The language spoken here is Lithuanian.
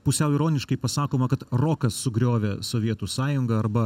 pusiau ironiškai pasakoma kad rokas sugriovė sovietų sąjungą arba